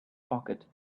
pocket